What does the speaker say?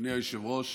אדוני היושב-ראש,